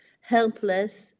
Helpless